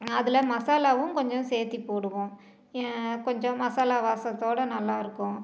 அதில் மசாலாவும் கொஞ்சம் சேத்து போடுவோம் கொஞ்சம் மசாலா வாசத்தோடு நல்லாயிருக்கும்